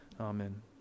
Amen